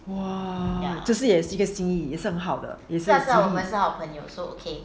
!wow! 这个也是个心意也是很好的也是个心意